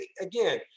again